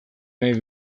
nahi